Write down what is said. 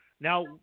now